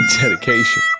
Dedication